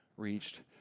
Reached